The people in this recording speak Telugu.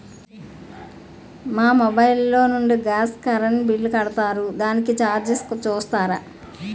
మా మొబైల్ లో నుండి గాస్, కరెన్ బిల్ కడతారు దానికి చార్జెస్ చూస్తారా?